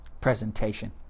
presentation